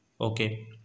okay